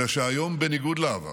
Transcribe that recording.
אלא שהיום, בניגוד לעבר,